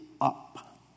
up